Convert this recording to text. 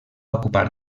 ocupar